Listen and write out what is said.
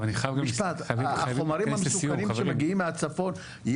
החומרים המסוכנים שמגיעים מהצפון,